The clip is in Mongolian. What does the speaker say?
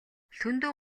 лхүндэв